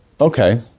Okay